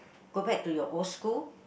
go back to your old school